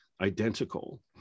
Identical